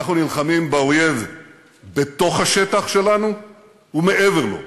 אנחנו נלחמים באויב בתוך השטח שלנו ומעבר לו,